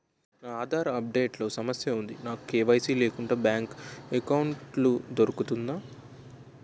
నా Aadhaar update లో సమస్య వుంది నాకు కే.వై.సీ లేకుండా బ్యాంక్ ఎకౌంట్దొ రుకుతుందా?